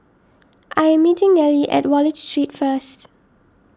I am meeting Nellie at Wallich Street first